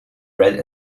red